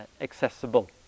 accessible